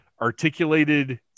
articulated